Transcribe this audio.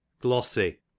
Glossy